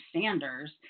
Sanders